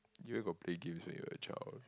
you where got play games when you were a child